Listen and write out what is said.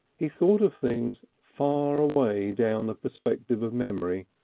he thought of things far away down the perspective of memory,